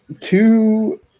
two